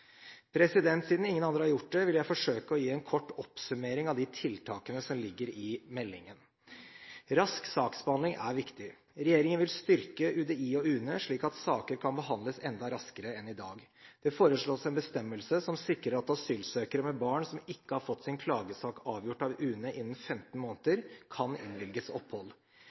andre? Siden ingen andre har gjort det, vil jeg forsøke å gi en kort oppsummering av de tiltakene som ligger i meldingen. Rask saksbehandling er viktig. Regjeringen vil styrke UDI og UNE slik at saker kan behandles enda raskere enn i dag. Det foreslås en bestemmelse som sikrer at asylsøkere med barn, som ikke har fått sin klagesak avgjort av UNE innen 15 måneder, kan innvilges opphold.